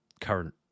current